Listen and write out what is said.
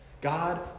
God